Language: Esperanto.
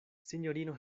sinjorino